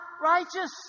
righteous